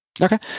Okay